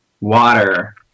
water